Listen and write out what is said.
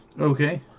Okay